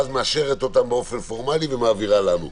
ואז מאשרת אותם באופן פורמלי ומעבירה לנו.